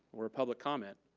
or public comment,